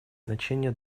значение